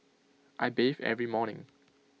I bathe every morning